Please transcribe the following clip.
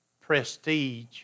prestige